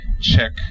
check